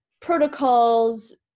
protocols